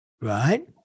right